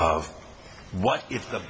of what if the